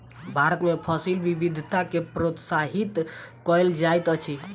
भारत में फसिल विविधता के प्रोत्साहित कयल जाइत अछि